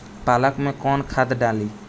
पालक में कौन खाद डाली?